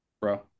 Bro